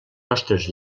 nostres